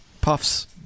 Puffs